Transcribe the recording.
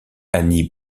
annie